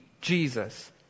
Jesus